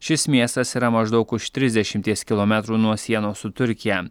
šis miestas yra maždaug už trisdešimties kilometrų nuo sienos su turkija